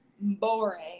boring